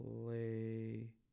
play